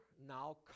now